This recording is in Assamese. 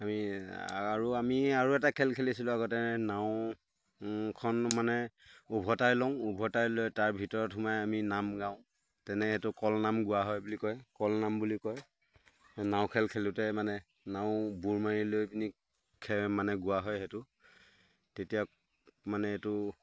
আমি আৰু আমি আৰু এটা খেল খেলিছিলোঁ আগতে নাওখন মানে উভতাই লওঁ উভতাই লৈ তাৰ ভিতৰত সোমাই আমি নাম গাওঁ তেনে সেইটো কলনাম গোৱা হয় বুলি কয় কলনাম বুলি কয় নাও খেল খেলোঁতে মানে নাও বুৰ মাৰি লৈ পিনি খে মানে গোৱা হয় সেইটো তেতিয়া মানে এইটো